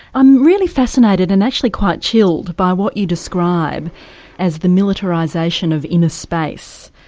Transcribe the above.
i'm really fascinated, and actually quite chilled, by what you describe as the militarisation of inner space.